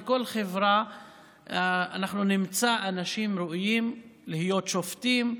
בכל חברה אנחנו נמצא אנשים ראויים להיות שופטים,